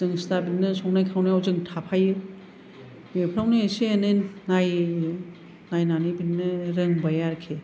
सिथिं सिथा बिदिनो संनाय खावनायाव जों थाफायो बेफ्रावनो एसे एनै नायै नायनानै बिदिनो रोंबाय आरोखि